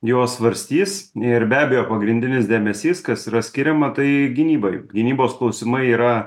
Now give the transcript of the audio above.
juos svarstys ir be abejo pagrindinis dėmesys kas yra skiriama tai gynybai gynybos klausimai yra